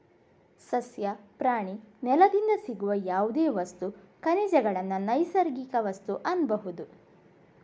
ಸಸ್ಯ, ಪ್ರಾಣಿ, ನೆಲದಿಂದ ಸಿಗುವ ಯಾವುದೇ ವಸ್ತು, ಖನಿಜಗಳನ್ನ ನೈಸರ್ಗಿಕ ವಸ್ತು ಅನ್ಬಹುದು